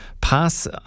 pass